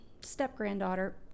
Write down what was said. step-granddaughter